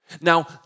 Now